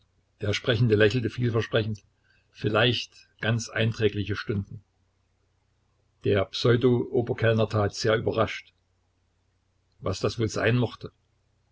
der sprechende lächelte vielversprechend vielleicht ganz einträgliche stunden der pseudo oberkellner tat sehr überrascht was das wohl sein mochte